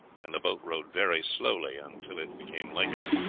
and the boat rowed very slowly until it became lighter.